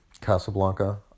Casablanca